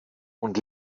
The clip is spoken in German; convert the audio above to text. und